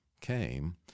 came